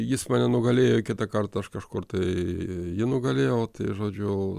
jis mane nugalėjo kitą kartą aš kažkur tai jį nugalėjau žodžiu